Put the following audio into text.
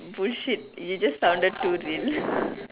bullshit you just sounded too real